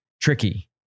tricky